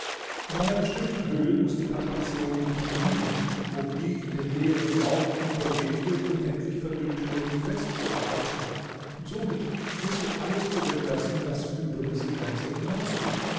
in einer bestimmten höhe muß die attraktion nicht mehr genügen um die in den leeren raum übergehende unendlich verdünnte luft festzuhalten und somit muß sie alles zurücklassen was über diese grenze hinausgeht